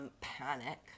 Panic